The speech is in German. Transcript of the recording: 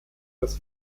das